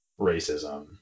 racism